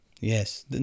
Yes